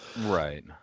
right